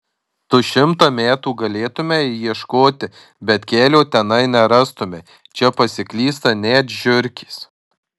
tu šimtą metų galėtumei ieškoti bet kelio tenai nerastumei čia pasiklysta net žiurkės